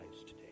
today